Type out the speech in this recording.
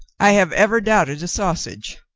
i have ever doubted a sausage.